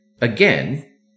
again